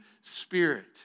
spirit